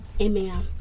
Amen